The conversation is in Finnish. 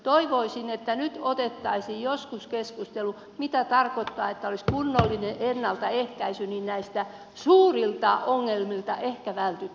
toivoisin että nyt otettaisiin joskus keskustelu siitä mitä tarkoittaa että olisi kunnollinen ennaltaehkäisy niin näiltä suurilta ongelmilta ehkä vältyttäisiin